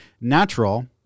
natural